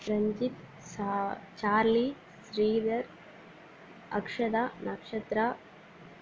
ரஞ்சித் சா சார்லி ஸ்ரீதர் அக்ஸதா நக்ஷத்ரா